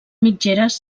mitgeres